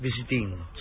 visiting